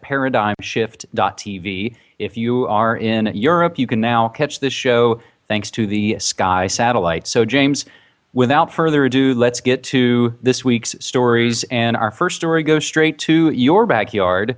paradigmshift tv if you are in europe you can now catch this show thanks to the sky satellite so james without further ado let's get to this week's stories and our first story goes straight to your backyard